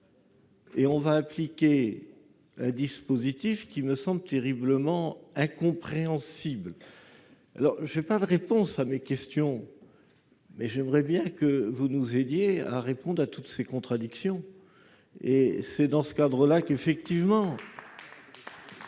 et on va appliquer un dispositif qui me semble terriblement incompréhensible. Je n'ai pas de réponse à mes questions, mais j'aimerais bien que vous nous aidiez à résoudre toutes ces contradictions, monsieur le secrétaire d'État.